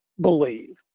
believe